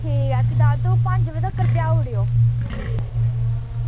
आं ठीक ऐ भी तुस पंज बजे तगर पजाई ओड़ेओ